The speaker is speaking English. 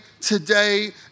today